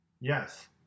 Yes